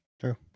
True